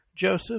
JOSEPH